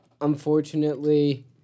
unfortunately